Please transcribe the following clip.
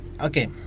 Okay